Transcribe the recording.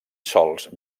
sòls